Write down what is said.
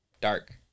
dark